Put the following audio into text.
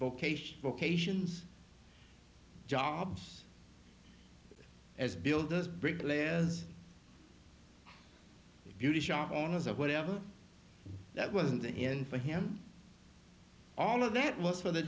vocation vocations jobs as builders brigley as beauty shop owners of whatever that wasn't the end for him all of that was for the